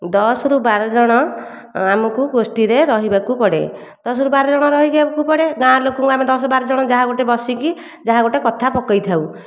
ଦଶରୁ ବାରଜଣ ଆମକୁ ଗୋଷ୍ଠୀରେ ରହିବାକୁ ପଡ଼େ ଦଶରୁ ବାରଜଣ ରହିବାକୁ ପଡ଼େ ଗାଁ ଲୋକଙ୍କୁ ଆମେ ଦଶରୁ ବାରଜଣ ଯାହା ଗୋଟିଏ ବସିକି ଯାହା ଗୋଟିଏ କଥା ପକେଇଥାଉ